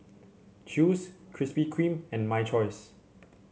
Chew's Krispy Kreme and My Choice